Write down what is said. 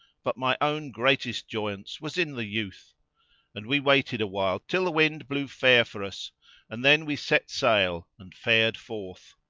but my own greatest joyance was in the youth and we waited awhile till the wind blew fair for us and then we set sail and fared forth.